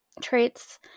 traits